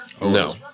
No